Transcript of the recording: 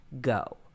go